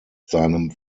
seinem